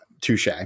Touche